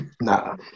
Nah